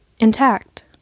Intact